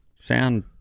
Sound